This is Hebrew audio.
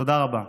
תודה רבה.